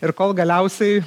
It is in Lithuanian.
ir kol galiausiai